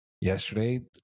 yesterday